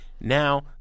Now